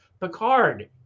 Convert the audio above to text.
Picard